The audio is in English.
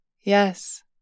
Yes